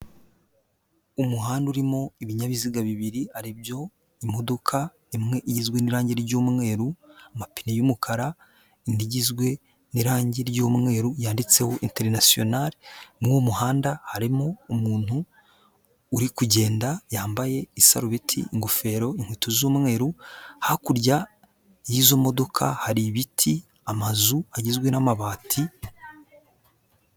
Umuhanda urimo ibinyabiziga bibiri ari byo, imodoka, imwe igigizwe n'irangi ry'umweru, amapine y'umukara, indi igizwe n'irangi ry'umweru yanditseho interinasiyonari, muri uwo muhanda harimo umuntu uri kugenda, yambaye isarubeti, ingofero, inkweto z'umweru, hakurya y'izo modoka hari ibiti amazu agizwe n'amabati,,,